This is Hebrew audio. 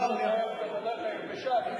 אפשר לתאר את זה בדרך היבשה.